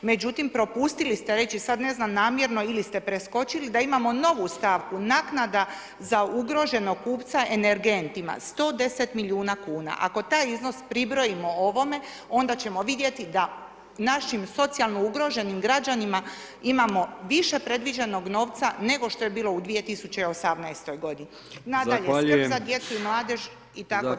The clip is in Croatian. Međutim, propustili ste, već i sad ne znam, namjerno ili ste preskočili, da imamo novu stavku naknada za ugroženog kupca energentima, 110 milijuna kuna, ako taj iznos pribrojimo ovome, onda ćemo vidjeti da našim socijalno ugroženim građanima imamo više predviđenog novca, nego što je bilo u 2018.-toj godini [[Upadica: Zahvaljujem]] Nadalje, skrb za djecu i mladež itd.